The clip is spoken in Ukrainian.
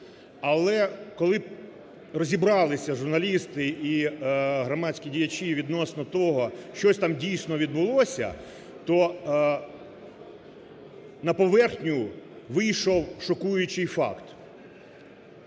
Але, коли розібралися журналісти і громадські діячі відносно того, що щось там, дійсно, відбулося, то на поверхню вийшов шокуючий факт,